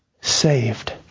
saved